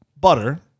butter